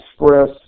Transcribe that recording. Express